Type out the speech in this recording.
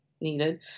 needed